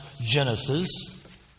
Genesis